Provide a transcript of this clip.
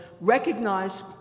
recognize